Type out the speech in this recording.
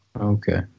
Okay